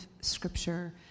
scripture